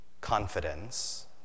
confidence